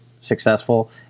successful